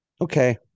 okay